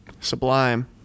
Sublime